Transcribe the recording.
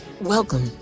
welcome